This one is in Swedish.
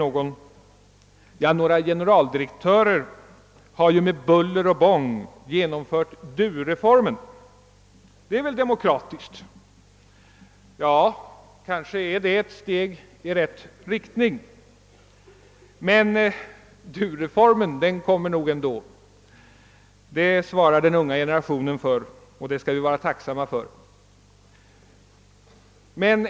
Några generaldirektörer har med buller och bång genomfört dureformen, och det är väl demokratiskt? Ja, kanske är det ett steg i rätt riktning, men du-reformen kommer nog ändå. Det svarar den unga generationen för, och vi skall vara tacksamma för det.